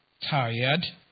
tired